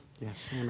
Yes